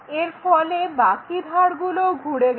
এরফলে বাকি ধারগুলোও ঘুরে গেল